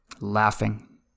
Laughing